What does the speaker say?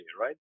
right